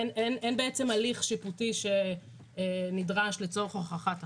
אין הליך שיפוטי שנדרש לצורך הוכחת החוב,